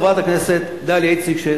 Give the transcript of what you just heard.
חברת הכנסת דליה איציק,